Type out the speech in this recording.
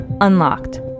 unlocked